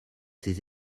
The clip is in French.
ses